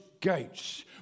gates